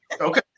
Okay